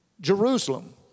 Jerusalem